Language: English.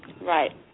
Right